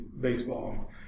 Baseball